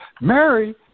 Mary